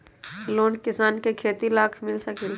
Loan किसान के खेती लाख मिल सकील?